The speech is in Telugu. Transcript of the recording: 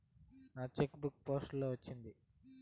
నా చెక్ బుక్ పోస్ట్ లో వచ్చింది